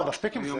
מספיק עם זה.